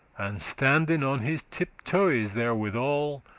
and standen on his tiptoes therewithal,